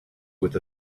with